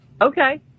okay